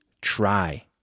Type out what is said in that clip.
try